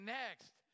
next